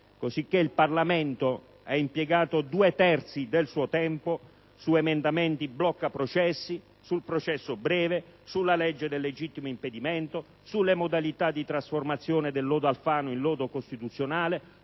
cosicché il Parlamento ha impiegato due terzi del suo tempo su emendamenti bloccaprocessi, sul processo breve, sulla legge del legittimo impedimento, sulle modalità di trasformazione del lodo Alfano in lodo costituzionale,